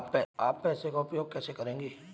आप पैसे का उपयोग कैसे करेंगे?